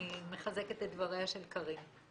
אני מחזקת את דבריה של קארין.